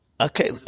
okay